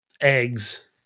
eggs